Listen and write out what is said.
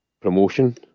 promotion